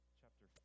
chapter